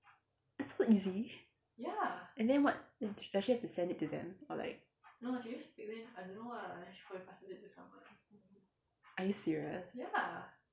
so easy and then what does she have to send it to them or like are you serious